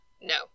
no